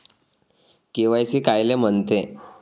KYC कायले म्हनते?